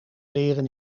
leren